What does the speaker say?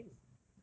no theng